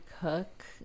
Cook